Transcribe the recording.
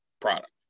product